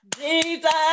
Jesus